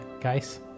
guys